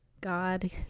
God